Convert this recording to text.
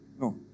No